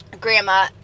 grandma